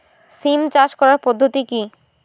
সিম চাষ করার পদ্ধতি কী?